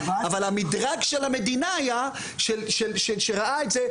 אבל המדרג של המדינה היה שראה את זה,